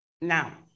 Now